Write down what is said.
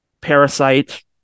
Parasite